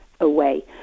away